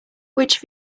which